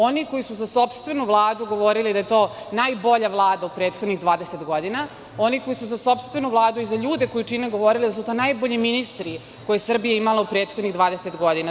Oni koji su za sopstvenu Vladu govorili da je to najbolja Vlada u prethodnih 20 godina, oni koji su za sopstvenu Vladu i za ljude koji čine govorili da su to najbolji ministri koje je Srbija imala u prethodnih 20 godina.